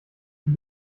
die